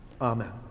Amen